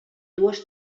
dues